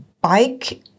bike